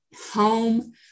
home